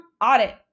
audit